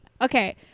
okay